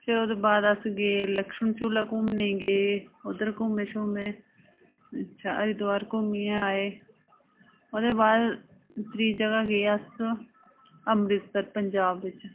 ते ओह्दे बाद अस घुम्मने गी गे लक्ष्मणझूला घुम्मे गी गे उद्धर घुम्में अच्छा हरिद्वार घुम्मियै आए ओह्दे बाद त्रीऽ जगह गे अस अमृतसर पंजाब बिच